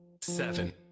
Seven